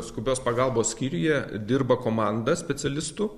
skubios pagalbos skyriuje dirba komanda specialistų